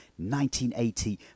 1980